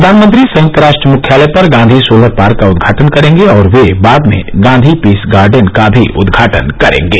प्रधानमंत्री संयुक्त राष्ट्र मुख्यालय पर गांधी सोलर पार्क का उद्घाटन करेंगे और वे बाद में गांधी पीस गार्डन का भी उद्घाटन करेंगे